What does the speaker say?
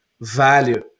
value